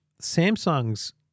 Samsung's